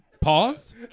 Pause